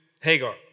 Hagar